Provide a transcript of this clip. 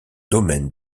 domaine